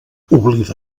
oblida